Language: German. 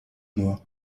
nur